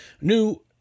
new